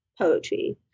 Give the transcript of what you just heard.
poetry